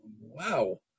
Wow